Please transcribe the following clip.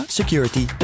security